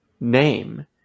name